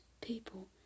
people